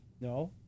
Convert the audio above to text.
No